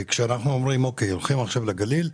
כשאנחנו אומרים שהולכים עכשיו לגליל,